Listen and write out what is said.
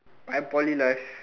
my Poly life